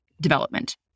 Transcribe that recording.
development